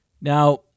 Now